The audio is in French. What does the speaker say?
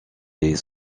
les